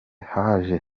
haje